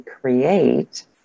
create